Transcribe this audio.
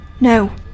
No